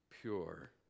pure